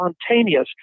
spontaneous